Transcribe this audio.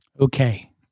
Okay